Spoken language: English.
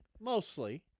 mostly